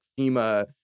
FEMA